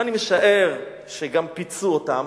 אני משער שגם פיצו אותם,